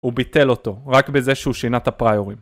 הוא ביטל אותו רק בזה שהוא שינת הפריורים